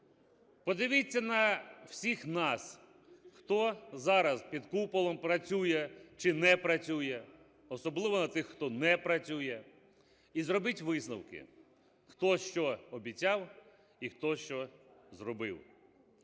Подивіться на всіх нас, хто зараз під куполом працює чи не працює, особливо на тих, хто не працює, і зробіть висновки, хто що обіцяв і хто що зробив.